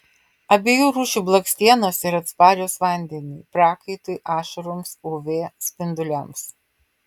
abiejų rūšių blakstienos yra atsparios vandeniui prakaitui ašaroms uv spinduliams